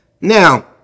Now